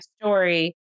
story